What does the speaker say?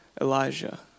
Elijah